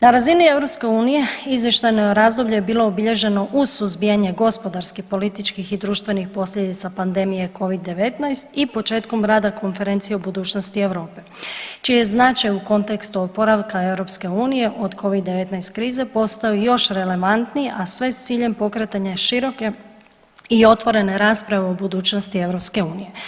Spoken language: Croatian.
Na razini EU izvještajno razdoblje je bilo obilježeno uz suzbijanje gospodarskih, političkih i društvenih posljedica pandemije covid-19 i početkom rada Konferencije o budućnosti Europe čiji je značaj u kontekstu oporavka EU od covid-19 krize postao još relevantniji, a sve s ciljem pokretanja široke i otvorene rasprave o budućnosti EU.